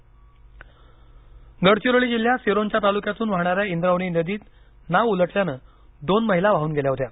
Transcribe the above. नाव दर्घटना गडचिरोली गडचिरोली जिल्ह्यात सिरोंचा तालुक्यातून वाहणाऱ्या इंद्रावती नदीत नाव उलटल्याने दोन महिला वाहन गेल्या होत्या